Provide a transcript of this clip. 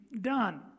done